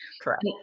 Correct